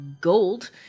gold